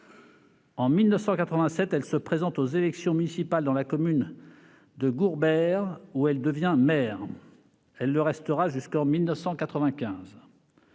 En 1987, elle se présente aux élections municipales dans la commune de Gourbeyre, dont elle devient maire. Elle le restera jusqu'en 1995.